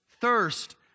thirst